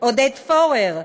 עודד פורר,